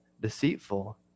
deceitful